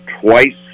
twice